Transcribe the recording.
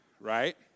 Right